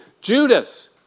Judas